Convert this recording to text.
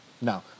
No